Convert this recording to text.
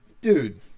dude